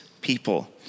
people